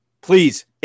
Please